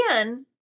again